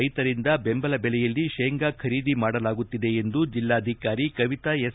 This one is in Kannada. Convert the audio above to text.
ರೈತರಿಂದ ಬೆಂಬಲ ಬೆಲೆಯಲ್ಲಿ ಶೇಂಗಾ ಖರೀದಿ ಮಾಡಲಾಗುತ್ತಿದೆ ಎಂದು ಜಿಲ್ಲಾಧಿಕಾರಿ ಕವಿತಾ ಎಸ್